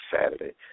Saturday